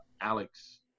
Alex